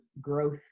growth